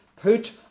put